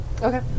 Okay